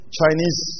Chinese